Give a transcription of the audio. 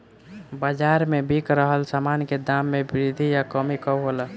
बाज़ार में बिक रहल सामान के दाम में वृद्धि या कमी कब होला?